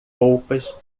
roupas